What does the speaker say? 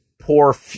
poor